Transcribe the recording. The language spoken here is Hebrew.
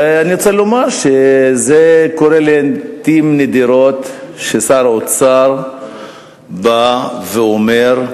ואני רוצה לומר שקורה לעתים נדירות ששר אוצר בא ואומר,